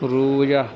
رویہ